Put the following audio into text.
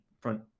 front